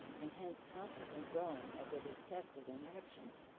and hence constantly growing as it is tested in action.